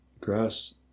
grass